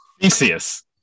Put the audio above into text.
Theseus